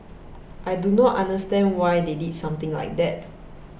I do not understand why they did something like that